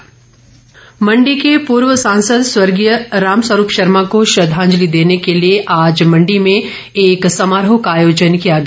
श्रद्वाजंलि मंडी के पूर्व सांसद स्वर्गीय रामस्वरूप शर्मा को श्रद्धांजलि देने के लिए आज मंडी में एक समारोह का आयोजन किया गया